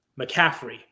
McCaffrey